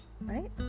right